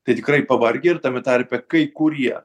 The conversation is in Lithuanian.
tai tikrai pavargę ir tame tarpe kai kurie